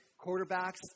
quarterbacks